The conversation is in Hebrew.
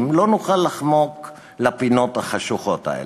לא נוכל לחמוק לפינות החשוכות האלה,